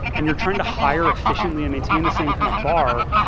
and you're trying to hire efficiently and maintain the same kind of bar,